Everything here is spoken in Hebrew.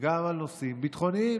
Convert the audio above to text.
גם על נושאים ביטחוניים.